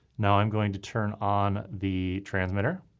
now i'm going to turn on the transmitter.